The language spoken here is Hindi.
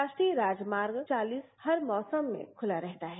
राष्ट्रीय राजमार्ग चालीस हर मौसम में खुला रहता है